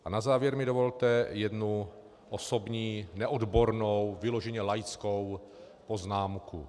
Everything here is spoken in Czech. A na závěr mi dovolte jednu osobní neodbornou, vyloženě laickou poznámku.